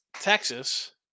Texas